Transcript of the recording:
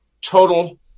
total